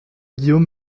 guillaume